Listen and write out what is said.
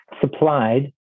supplied